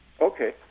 Okay